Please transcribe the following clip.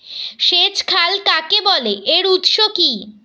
সেচ খাল কাকে বলে এর উৎস কি?